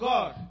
God